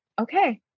okay